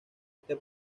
este